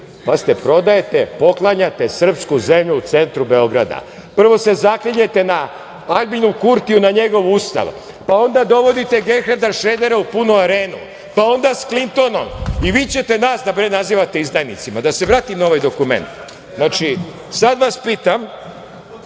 Pazite, prodajete, poklanjate srpsku zemlju u centru Beograda. Prvo se zaklinjete Aljbinu Kurtiju na njegov ustav, pa onda dovodite Gerharda Šredera u punu Arenu, pa onda sa Klintonom i vi ćete nas da nazivate izdajnicima. Da se vratim na ovaj dokument. Znači, sada vas pitam